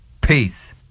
Peace